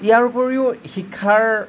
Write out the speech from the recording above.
ইয়াৰোপৰিও শিক্ষাৰ